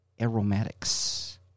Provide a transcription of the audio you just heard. aromatics